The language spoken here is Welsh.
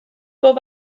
bob